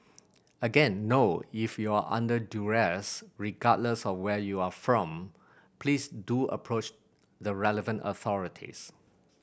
again no if you are under duress regardless of where you are from please do approach the relevant authorities